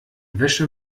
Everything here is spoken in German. wäsche